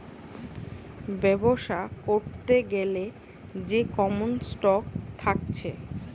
বেবসা করতে গ্যালে যে কমন স্টক থাকছে